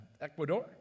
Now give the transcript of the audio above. Ecuador